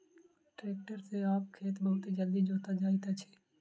tractor सॅ आब खेत बहुत जल्दी जोता जाइत अछि